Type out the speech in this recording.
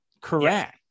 correct